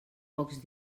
pocs